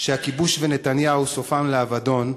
שהכיבוש ונתניהו סופם לאבדון,